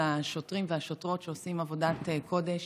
השוטרים והשוטרות שעושים עבודת קודש